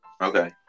Okay